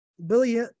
billy